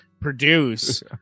produce